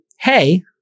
hey